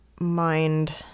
mind